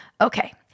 Okay